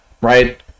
right